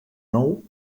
nou